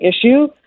issue